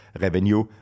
revenue